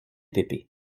pépé